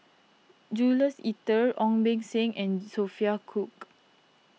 Jules Itier Ong Beng Seng and Sophia Cooke